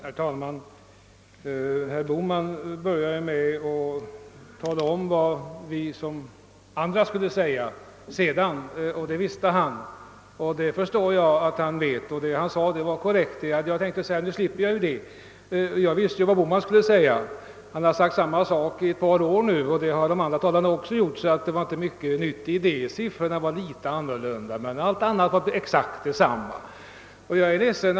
Herr talman! Herr Bohman började med att tala om vad vi andra skulle komma att säga. Jag förstår att han visste det, och vad han sade var korrekt, så jag slipper säga det jag tänkte säga. Jag visste också vad herr Bohman skulle säga. Han har sagt samma sak ett par år nu, och detsamma har de andra talarna också gjort. Siffrorna var litet andra i år, men allt annat var exakt detsamma som tidigare.